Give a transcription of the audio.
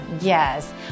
yes